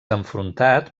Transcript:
enfrontat